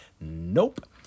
Nope